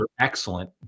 excellent